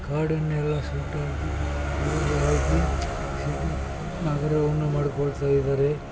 ಕಾಡನ್ನೆಲ್ಲ ಸುಟ್ಟಾಕಿ ನಗರವನ್ನು ಮಾಡ್ಕೊಳ್ತಾ ಇದ್ದಾರೆ